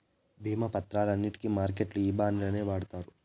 భీమా పత్రాలన్నింటికి మార్కెట్లల్లో ఈ బాండ్లనే వాడుతారు